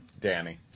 Danny